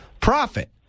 profit